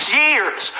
years